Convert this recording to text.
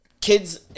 kids